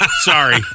sorry